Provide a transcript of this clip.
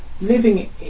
living